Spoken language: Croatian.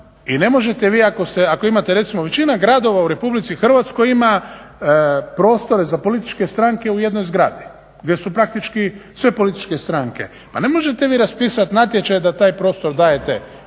i ne možete vi ako imate recimo većina gradova u Republici Hrvatskoj ima prostore za političke stranke u jednoj zgradi gdje su praktički sve političke stranke. Pa ne možete vi raspisati natječaj da taj prostor dajete